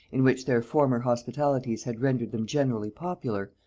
in which their former hospitalities had rendered them generally popular,